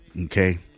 Okay